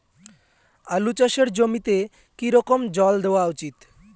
আলু চাষের জমিতে কি রকম জল দেওয়া উচিৎ?